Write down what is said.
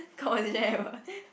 conversation ever